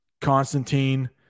constantine